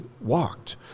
walked